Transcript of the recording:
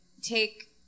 take